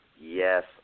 Yes